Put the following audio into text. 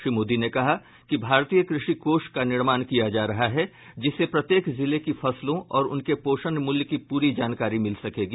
श्री मोदी ने कहा कि भारतीय कृषि कोष का निर्माण किया जा रहा है जिससे प्रत्येक जिले की फसलों और उनके पोषण मूल्य की पूरी जानकारी मिल सकेगी